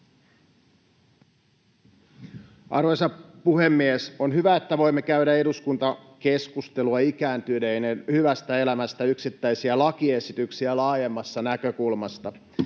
Arvoisa puhemies! On hyvä, että voimme käydä eduskuntakeskustelua ikääntyneiden hyvästä elämästä yksittäisiä lakiesityksiä laajemmasta näkökulmasta.